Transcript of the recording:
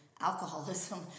Alcoholism